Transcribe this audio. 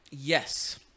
Yes